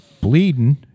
bleeding